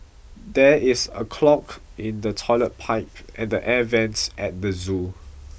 there is a clog in the toilet pipe and the air vents at the zoo